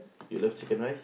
you love chicken rice